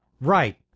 Right